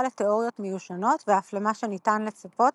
לתאוריות מיושנות ואף למה שניתן לצפות